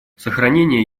сохранение